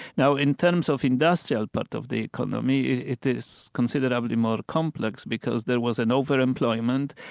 now in terms of industrial part of the economy, it is considerably more complex, because there was an over-employment,